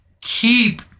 keep